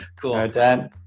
Cool